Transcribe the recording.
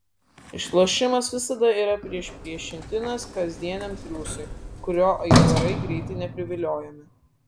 išlošimas visada yra priešpriešintinas kasdieniam triūsui kuriuo aitvarai greitai nepriviliojami